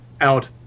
out